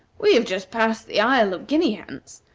we have just passed the isle of guinea-hens.